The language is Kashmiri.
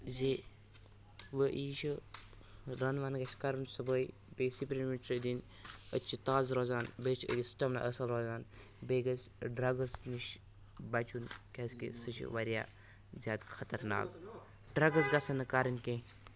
زِ ؤ یی چھِ رَنہٕ وَنہٕ گژھِ کَرُن صُبحٲے بیٚیہِ سِپرِنٛٹ دِنۍ أتۍ چھِ تازٕ روزان بیٚیہِ چھِ أتی سٕٹَمنا اَصٕل روزان بیٚیہِ گژھِ ڈرٛگٕز نِش بَچُن کیٛازِکہِ سُہ چھِ واریاہ زیادٕ خطرناک ڈرٛگٕز گژھن نہٕ کَرٕنۍ کینٛہہ